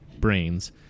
brains